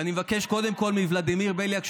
ואני מבקש קודם כול מוולדימיר בליאק,